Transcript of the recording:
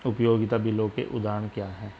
उपयोगिता बिलों के उदाहरण क्या हैं?